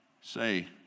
say